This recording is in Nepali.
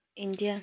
इन्डिया